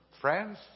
France